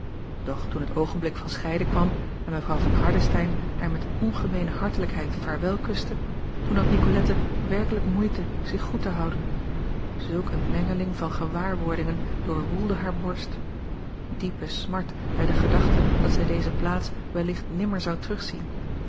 doch toen het oogenblik van scheiden kwam en w van ardestein haar met ongemeene hartelijkheid vaarwelkuste toen had icolette werkelijk moeite zich goed te houden zulk een mengeling van gewaarwordingen doorwoelde haar borst diepe smart bij de gedachte dat zij deze plaats wellicht nimmer zou terugzien